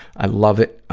i love it.